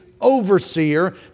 overseer